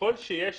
ככל שיש